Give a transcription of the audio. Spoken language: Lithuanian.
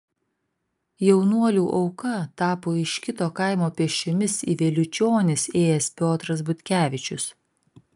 jaunuolių auka tapo iš kito kaimo pėsčiomis į vėliučionis ėjęs piotras butkevičius